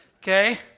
okay